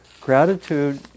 gratitude